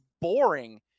boring